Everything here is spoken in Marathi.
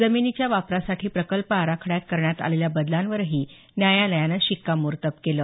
जमिनीच्या वापरासाठी प्रकल्प आरखड्यात करण्यात आलेल्या बदलांवरही न्यायालयानं शिक्कामोर्तब केलं